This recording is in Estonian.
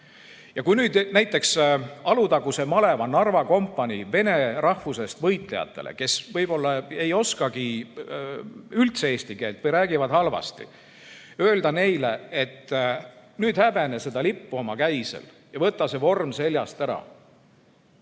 Ja kui nüüd näiteks Alutaguse maleva Narva kompanii vene rahvusest võitlejatele, kes võib-olla ei oskagi üldse eesti keelt või räägivad halvasti, öelda, et nüüd häbene seda lippu oma käisel ja võta see vorm seljast ära